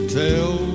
tell